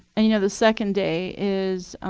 and you know the second day is